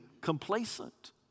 complacent